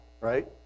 right